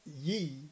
ye